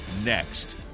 Next